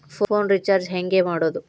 Phone recharge ಹೆಂಗೆ ಮಾಡೋದು?